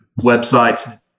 websites